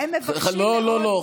הם מבקשים מאוד, לא, לא, לא.